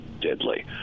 deadly